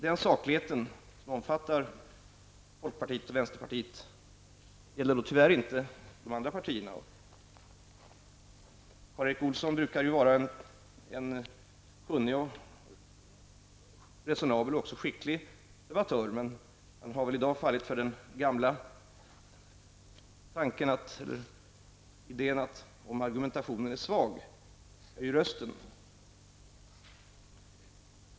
Den sakligheten, som omfattar folkpartiet och vänsterpartiet, gäller tyvärr inte de andra partierna. Karl Erik Olsson brukar ju vara en kunnig, resonabel och även skicklig debattör. Men han har väl i dag fallit för den gamla idén att om argumentationen är svag höjer man rösten.